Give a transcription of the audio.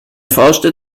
forschte